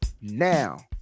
now